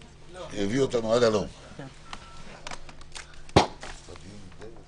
הישיבה ננעלה בשעה 12:10.